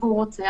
והוא רוצה,